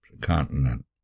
continent